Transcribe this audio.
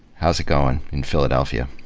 how's it going in philadelphia?